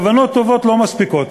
כוונות טובות לא מספיקות.